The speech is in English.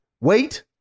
Wait